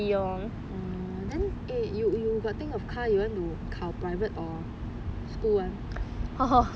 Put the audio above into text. then eh you you got think of car you want 考 private or school [one]